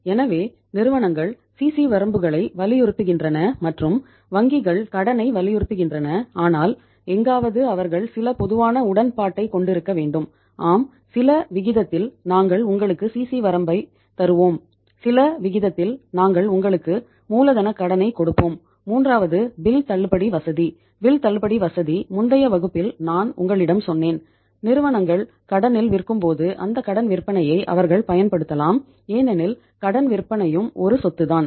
எனவே நிறுவனங்கள் சிசி தள்ளுபடி வசதி முந்தைய வகுப்பில் நான் உங்களிடம் சொன்னேன் நிறுவனங்கள் கடனில் விற்கும்போது அந்த கடன் விற்பனையை அவர்கள் பயன்படுத்தலாம் ஏனெனில் கடன் விற்பனையும் ஒரு சொத்து தான்